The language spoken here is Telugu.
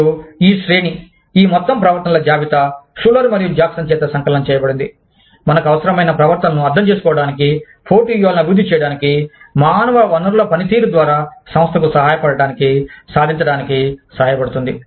మరియు ఈ శ్రేణి ఈ మొత్తం ప్రవర్తనల జాబితా షులర్ మరియు జాక్సన్ చేత సంకలనం చేయబడినది మనకు అవసరమైన ప్రవర్తనలను అర్థం చేసుకోవడానికి పోటీ వ్యూహాలను అభివృద్ధి చేయడానికి మానవ వనరుల పనితీరు ద్వారా సంస్థకు సహాయపడటానికి సాధించడానికి సహాయపడుతుంది